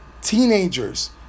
teenagers